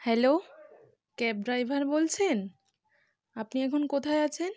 hello cab driver বলছেন আপনি এখন কোথায় আছেন